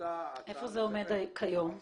איפה זה עומד היום?